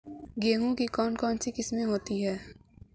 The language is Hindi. गेहूँ की कौन कौनसी किस्में होती है?